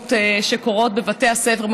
עגומות שקורות בבתי הספר,